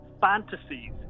fantasies